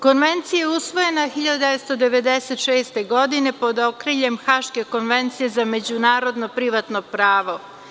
Konvencija je usvojena 1996. godine pod okriljem Haške konvencije za međunarodno privatno pravo.